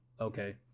okay